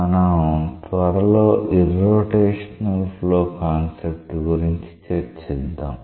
మనం త్వరలో irrotational flow concept గురించి చర్చిద్దాం